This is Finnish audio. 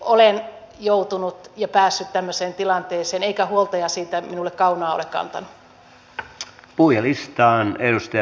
olen joutunut ja päässyt tämmöiseen tilanteeseen eikä huoltaja siitä minulle kaunaa ole kantanut